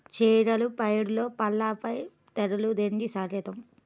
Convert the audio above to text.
చేగల పైరులో పల్లాపై తెగులు దేనికి సంకేతం?